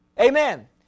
Amen